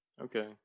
Okay